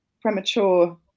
premature